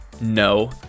No